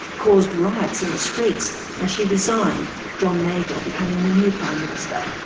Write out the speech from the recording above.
caused riots in the streets and she resigned, john major becoming the new prime minister.